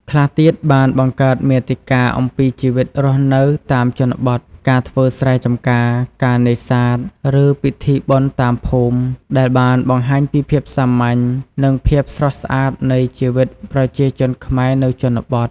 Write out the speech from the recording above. ខ្លះទៀតបានបង្កើតមាតិកាអំពីជីវិតរស់នៅតាមជនបទ ការធ្វើស្រែចំការ ការនេសាទ ឬពិធីបុណ្យតាមភូមិ ដែលបានបង្ហាញពីភាពសាមញ្ញ និងភាពស្រស់ស្អាតនៃជីវិតប្រជាជនខ្មែរនៅជនបទ។